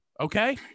Okay